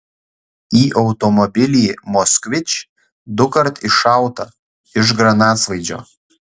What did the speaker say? į automobilį moskvič dukart iššauta iš granatsvaidžio